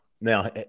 Now